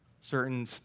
certain